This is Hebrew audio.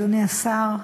אדוני השר,